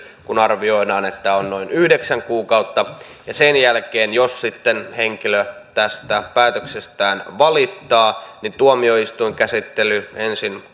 kun arvioidaan että sen käsittely on noin yhdeksän kuukautta ja sen jälkeen jos sitten henkilö tästä päätöksestään valittaa tuomioistuinkäsittely ensin